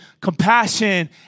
compassion